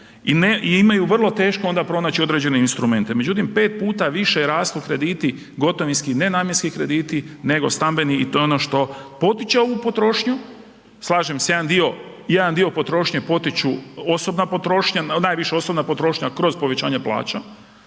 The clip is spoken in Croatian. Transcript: i imaju vrlo teško onda pronaći određene instrumente. Međutim, 5 puta više rastu krediti gotovinski nenamjenski krediti nego stambeni i to je ono što potiče ovu potrošnju, slažem se jedan dio potrošnje potiču osobna potrošnja, najviše osobna potrošnja kroz povećanje plaća,